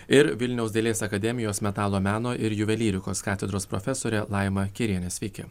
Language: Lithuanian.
ir vilniaus dailės akademijos metalo meno ir juvelyrikos katedros profesorė laima kėrienė sveiki